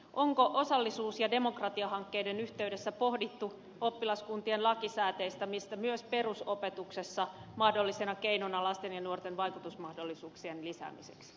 onko osallisuus ja demokratiahankkeiden yhteydessä pohdittu oppilaskuntien lakisääteistämistä myös perusopetuksessa mahdollisena keinona lasten ja nuorten vaikutusmahdollisuuksien lisäämiseksi